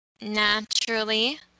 naturally